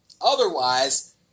Otherwise